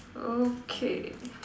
okay